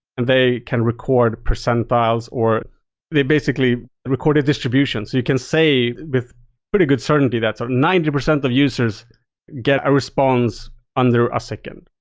they can record percentiles or they basically record a distribution. you can say with pretty good certainty that's ninety percent of users get a response under a second.